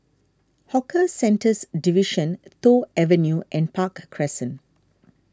Hawker Centres Division Toh Avenue and Park Crescent